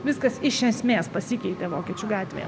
viskas iš esmės pasikeitė vokiečių gatvėje